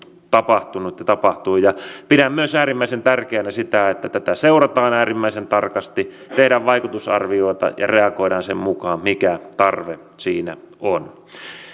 tapahtunut ja tapahtuu ja pidän äärimmäisen tärkeänä myös sitä että tätä seurataan äärimmäisen tarkasti tehdään vaikutusarvioita ja reagoidaan sen mukaan mikä tarve siinä on